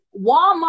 Walmart